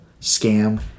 scam